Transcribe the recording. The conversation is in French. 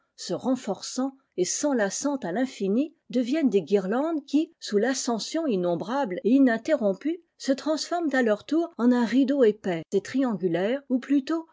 se renforçant et s enlaçant à l'infini deviennent des guirlandes qui sous l'ascension innombrable et ininterrompue se transforment àî leur tour en un rideau épais et triangulaire ou plutôt